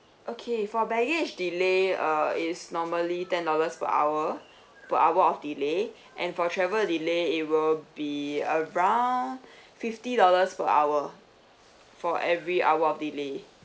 okay for baggage delay uh it's normally ten dollars per hour per hour of delay and for travel delay it will be around fifty dollars per hour for every hour of delay